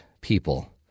people